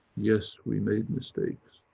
yes, we made mistakes.